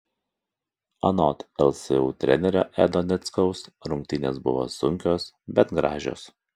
anot lsu trenerio edo nickaus rungtynės buvo sunkios bet gražios